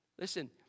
Listen